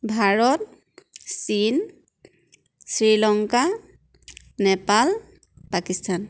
ভাৰত চীন শ্ৰীলংকা নেপাল পাকিস্তান